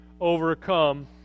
overcome